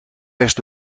best